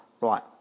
right